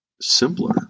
simpler